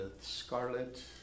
scarlet